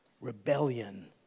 Rebellion